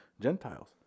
Gentiles